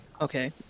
Okay